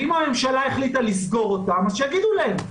אם הממשלה החליטה לסגור אותם, אז שיגידו להם.